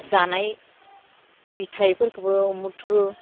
जानाय बिथाइफोरखोबो उमुरथुलु